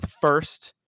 first